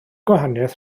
gwahaniaeth